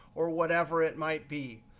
or whatever it might be.